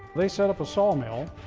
they set up a sawmill,